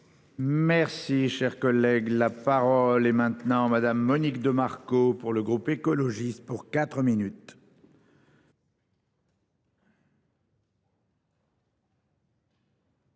Merci, cher collègue, la parole est maintenant madame Monique de Marco pour le groupe écologiste pour 4 minutes.